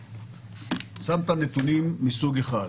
שמת נתונים מסוג אחד.